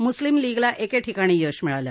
मुस्लिम लीगला एके ठिकाणी यश मिळालं